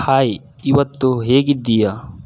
hi ಇವತ್ತು ಹೇಗಿದ್ದೀಯ